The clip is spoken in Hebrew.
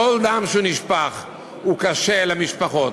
כל דם שנשפך הוא קשה למשפחות,